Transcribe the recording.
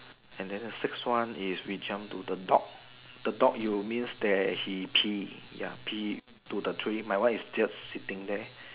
and then the sixth one is we jump to the dog the dog you means there he pee ya he pee to the tree my one is just sitting there